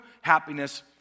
happiness